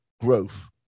growth